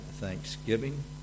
thanksgiving